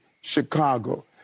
Chicago